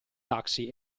taxi